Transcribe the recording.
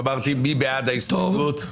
מי בעד ההסתייגות?